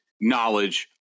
knowledge